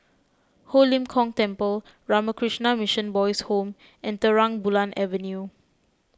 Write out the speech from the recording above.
Ho Lim Kong Temple Ramakrishna Mission Boys' Home and Terang Bulan Avenue